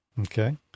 Okay